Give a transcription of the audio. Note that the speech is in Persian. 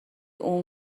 اون